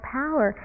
power